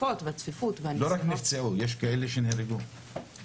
לא רק נפצעו, יש כאלה שמתו.